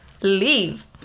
Leave